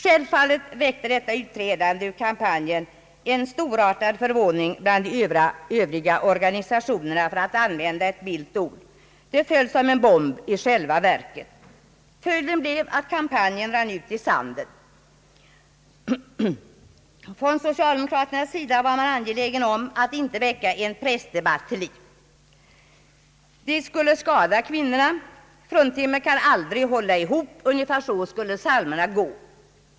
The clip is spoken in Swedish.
Självfallet väckte detta utträde ur kampanjen en storartad förvåning bland de övriga organisationerna, för att använda ett milt ord. Det föll i själva verket ned som en bomb. Följden blev att kampanjen rann ut i sanden. Från = socialdemokratisk sida var man angelägen om att inte väcka en pressdebatt till liv. Det skulle skada kvinnorna — »fruntimmer kan aldrig hålla ihop», ungefär så skulle psalmerna gå.